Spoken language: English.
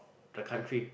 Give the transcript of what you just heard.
the country